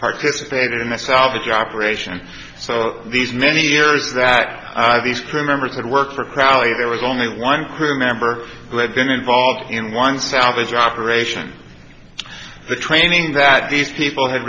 participated in a salvage operation so these many years that these crew members had worked for crowley there was only one crew member who had been involved in one salvage operation the training that these people had